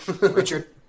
Richard